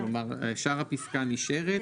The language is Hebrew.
כלומר שאר הפסקה נשארת,